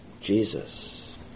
Jesus